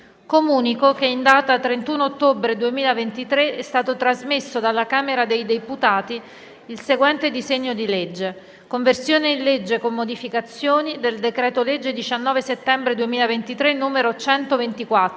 Comunico che in data 31 ottobre 2023 è stato trasmesso dalla Camera dei deputati il seguente disegno di legge: «Conversione in legge, con modificazioni, del decreto-legge 19 settembre 2023, n. 124,